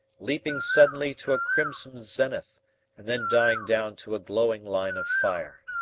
leaping suddenly to a crimson zenith and then dying down to a glowing line of fire.